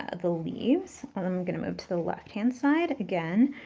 ah the leaves. i'm gonna move to the left-hand side. again,